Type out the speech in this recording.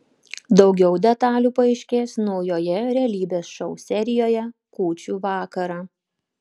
daugiau detalių paaiškės naujoje realybės šou serijoje kūčių vakarą